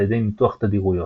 על ידי ניתוח תדירויות.